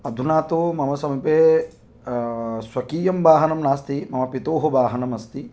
अधुना तु मम समीपे स्वकीयं वाहनं नास्ति मम पितोः वाहनम् अस्ति